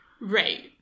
Right